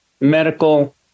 medical